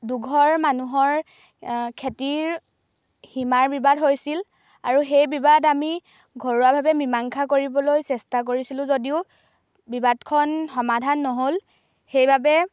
দুঘৰ মানুহৰ খেতিৰ সীমাৰ বিবাদ হৈছিল আৰু সেই বিবাদ আমি ঘৰুৱাভাৱে মীমাংসা কৰিবলৈ চেষ্টা কৰিছিলো যদিও বিবাদখন সমাধান নহ'ল সেইবাবে